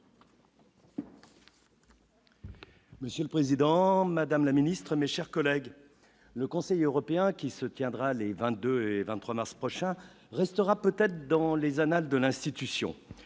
Monsieur le Président, Madame la Ministre, mes chers collègues, le Conseil européen qui se tiendra les 22 et 23 mars prochain restera peut-être dans les annales de l'institution,